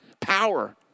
Power